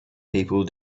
people